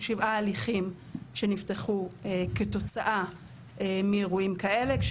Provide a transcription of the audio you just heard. שבעה הליכים שנפתחו כתוצאה מאירועים כאלה,